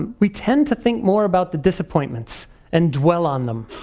ah we tend to think more about the disappointments and dwell on them.